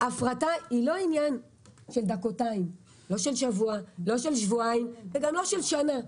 הפרטה היא לא עניין של דקותיים או של שבוע או של שבועיים וגם לא של שנה.